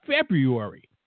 February